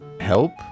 help